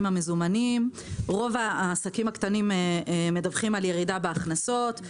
המזומנים"; "רוב העסקים הקטנים מדווחים על ירידה בהכנסות";